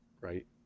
right